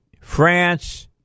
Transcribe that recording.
France